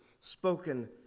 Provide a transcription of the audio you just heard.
spoken